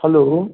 hello